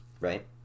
right